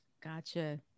gotcha